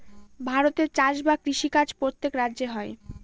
ভারতে চাষ বা কৃষি কাজ প্রত্যেক রাজ্যে হয়